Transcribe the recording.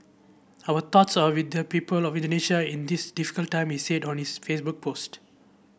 our thoughts are with the people of Indonesia in this difficult time he said on his Facebook post